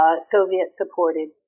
Soviet-supported